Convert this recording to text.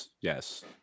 Yes